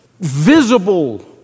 visible